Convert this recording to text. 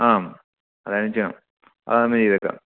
ആം ചെയ്യാം അതന്ന് ചെയ്തേക്കാം